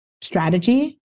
strategy